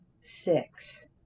six